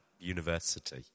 university